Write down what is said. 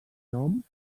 nom